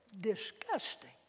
disgusting